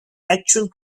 actual